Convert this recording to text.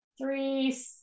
three